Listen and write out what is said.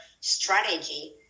strategy